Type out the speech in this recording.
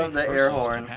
um the air horn.